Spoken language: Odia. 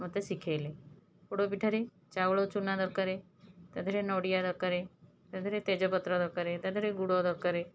ମୋତେ ଶିଖେଇଲେ ପୋଡ଼ପିଠାରେ ଚାଉଳଚୁନା ଦରକାର ତା' ଦେହରେ ନଡ଼ିଆ ଦରକାର ତା' ଦେହରେ ତେଜପତ୍ର ଦରକାର ତା' ଦେହରେ ଗୁଡ଼ ଦରକାର